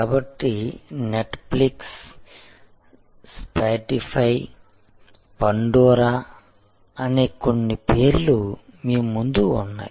కాబట్టి Netflix Spotify Pandora అనే కొన్ని పేర్లు మీ ముందు ఉన్నాయి